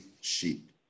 sheep